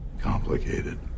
complicated